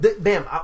bam